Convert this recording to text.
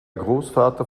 großvater